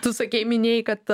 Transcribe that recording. tu sakei minėjai kad